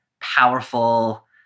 powerful